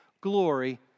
glory